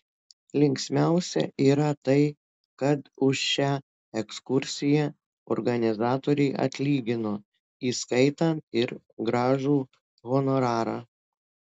linksmiausia yra tai kad už šią ekskursiją organizatoriai atlygino įskaitant ir gražų honorarą